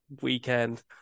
weekend